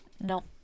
No